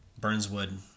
Burnswood